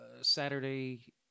Saturday